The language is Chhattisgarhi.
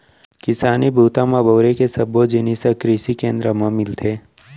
किसानी बूता म बउरे के सब्बो जिनिस ह कृसि केंद्र म मिलथे